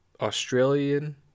Australian